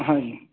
ہاں جی